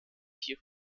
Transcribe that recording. hier